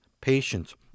patience